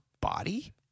body